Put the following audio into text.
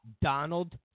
Donald